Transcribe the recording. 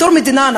בתור מדינה: